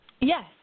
Yes